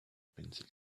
pencil